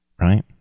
right